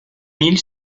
mille